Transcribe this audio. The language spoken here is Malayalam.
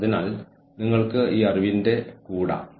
അതിനാൽ രണ്ട് തരത്തിലുള്ള ജീവനക്കാരും വളരെ പ്രധാനമാണ്